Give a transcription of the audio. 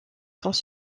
sans